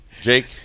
Jake